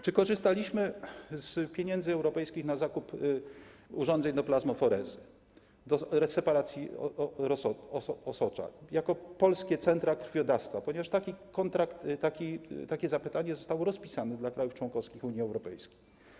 Czy korzystaliśmy z pieniędzy europejskich na zakup urządzeń do plazmaferezy, do separacji osacza, jako polskie centra krwiodawstwa, ponieważ taki kontrakt, takie zapytanie zostało rozpisane dla krajów członkowski Unii Europejskiej?